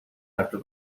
after